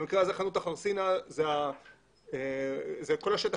במקרה הזה חנות החרסינה זה כל השטח